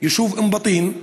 היישוב אום-בטין.